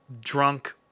drunk